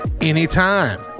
anytime